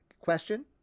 question